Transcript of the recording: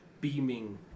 beaming